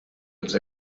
els